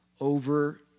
over